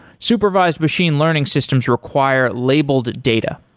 supervised machine learning systems require labeled data.